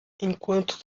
enquanto